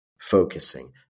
focusing